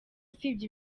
usibye